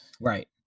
Right